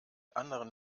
anderen